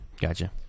gotcha